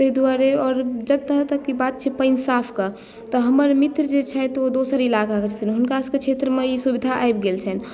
ताहि दुआरे आ जतऽ तक कि बात छै पानि साफके तऽ हमर मित्र जे छथि ओ दोसर इलाकाके छथिन हुनका सभकेँ क्षेत्रमे ई सुविधा आबि गेल छनि